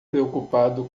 preocupado